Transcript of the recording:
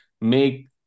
make